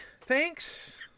thanks